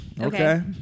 Okay